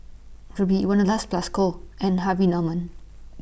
Rubi Wanderlust Plus Co and Harvey Norman